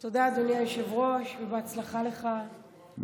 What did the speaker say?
תודה, אדוני היושב-ראש, ובהצלחה לך בתפקיד.